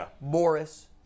Morris